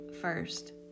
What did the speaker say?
first